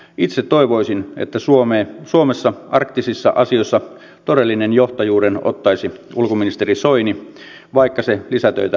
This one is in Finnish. itse toivoisin että suomessa arktisissa asioissa todellisen johtajuuden ottaisi ulkoministeri soini vaikka se lisätöitä aiheuttaisikin